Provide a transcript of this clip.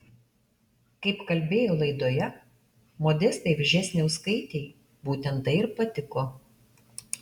kaip kalbėjo laidoje modestai vžesniauskaitei būtent tai ir patiko